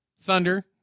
Thunder